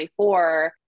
2024